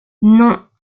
non